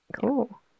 cool